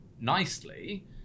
nicely